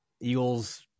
Eagles